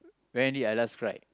when did I last cried